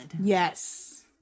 Yes